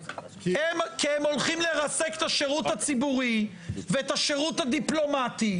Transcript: כי הם הולכים לרסק את השירות הציבורי ואת השירות הדיפלומטי,